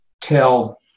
tell